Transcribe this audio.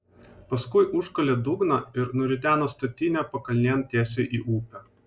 paskui užkalė dugną ir nurideno statinę pakalnėn tiesiai į upę